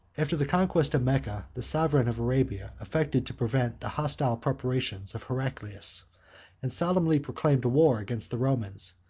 after the conquest of mecca, the sovereign of arabia affected to prevent the hostile preparations of heraclius and solemnly proclaimed war against the romans,